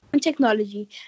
technology